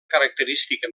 característica